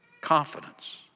confidence